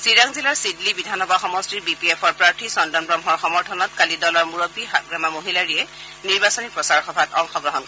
চিৰাং জিলাৰ চিদলী বিধানসভা সমষ্টিৰ বি পি এফৰ প্ৰাৰ্থী চন্দন ব্ৰহ্মৰ সমৰ্থনত কালি দলৰ মুৰববী হাগ্ৰামা মহিলাৰীয়ে নিৰ্বাচনী প্ৰচাৰ সভাত অংশ লয়